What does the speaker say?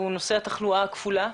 והוא נושא התחלואה הכפולה.